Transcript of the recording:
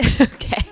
Okay